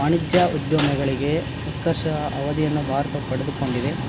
ವಾಣಿಜ್ಯ ಉದ್ಯಮಗಳಿಗೆ ಉತ್ಕರ್ಷ ಅವಧಿಯನ್ನು ಭಾರತ ಪಡೆದುಕೊಂಡಿದೆ